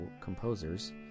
composers